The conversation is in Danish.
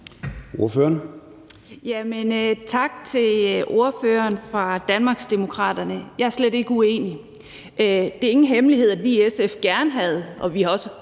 Tak til ordføreren fra Danmarksdemokraterne. Jeg er slet ikke uenig. Det er ingen hemmelighed, at vi i SF gerne vil, og vi også